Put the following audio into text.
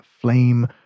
flame